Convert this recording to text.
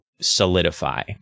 Solidify